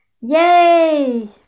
Yay